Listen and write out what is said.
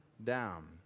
down